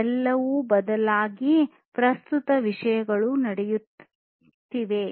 ಎಲ್ಲವೂ ಬದಲಾಗಿ ಪ್ರಸ್ತುತ ವಿಷಯಗಳು ನಡೆಯುತ್ತಿವೆ